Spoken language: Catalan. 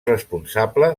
responsable